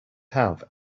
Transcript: have